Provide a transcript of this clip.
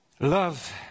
Love